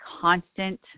constant